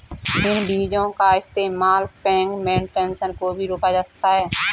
इन बीजो का इस्तेमाल पिग्मेंटेशन को भी रोका जा सकता है